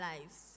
lives